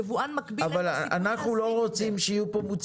ליבואן המקביל אין סיכוי להשיג את זה.